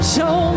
Show